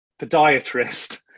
podiatrist